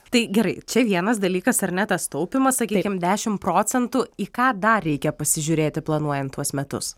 tai gerai čia vienas dalykas ar ne tas taupymas sakykim dešim procentų į ką dar reikia pasižiūrėti planuojant tuos metus